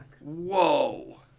Whoa